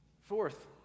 Fourth